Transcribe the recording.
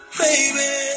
baby